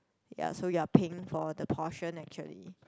ya so you are paying for the portion actually